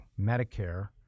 Medicare